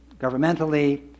governmentally